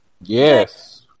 Yes